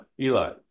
Eli